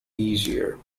easier